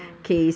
oh